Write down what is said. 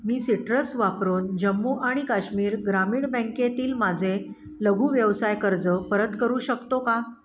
मी citrus वापरून जम्मू आणि काश्मीर ग्रामीण बँकेतील माझे लघु व्यवसाय कर्ज परत करू शकतो का